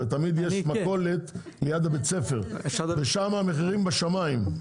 תמיד יש מכולת ליד בית הספר ושם המחירים בשמים.